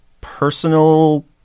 personal